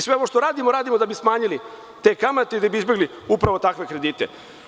Sve ovo što radimo, radimo da bismo smanjili te kamate i da bismo izbegli te kredite.